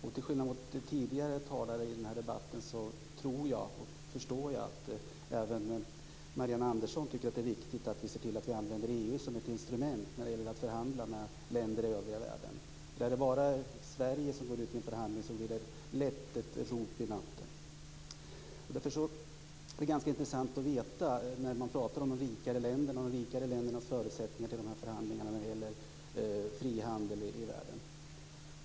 Jag förstår att Marianne Andersson, till skillnad från tidigare talare i denna debatt, tycker att det är viktigt att vi ser till att vi använder EU som ett instrument när det gäller att förhandla med länder i övriga världen. Är det bara Sverige som går ut i en förhandling blir det lätt ett rop i natten. Man pratar om de rikare ländernas förutsättningar i dessa förhandlingar när det gäller frihandel i världen.